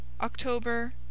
October